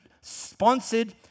sponsored